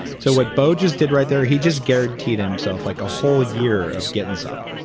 so what bo just did right there, he just guaranteed himself like a whole year of getting some,